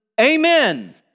Amen